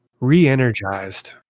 re-energized